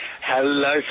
Hello